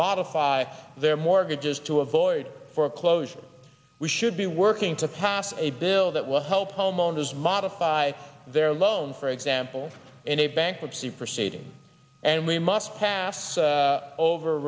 modify their mortgages to avoid foreclosure we should be working to pass a bill that will help homeowners modify their loans for example in a bankruptcy proceeding and we must pass over